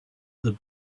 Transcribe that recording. that